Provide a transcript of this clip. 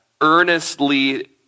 earnestly